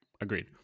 agreed